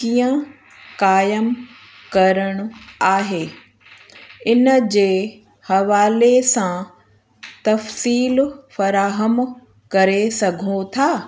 कीअं क़ाइमु करणु आहे इन जे हवाले सां तफ़सील फ़राहम करे सघो था